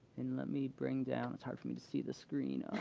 and let me bring down it's hard for me to see the screen.